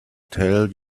tell